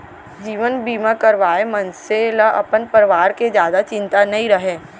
जीवन बीमा करवाए मनसे ल अपन परवार के जादा चिंता नइ रहय